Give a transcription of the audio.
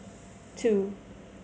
two